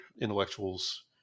intellectuals